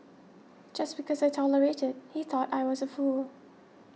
just because I tolerated he thought I was a fool